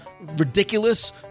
ridiculous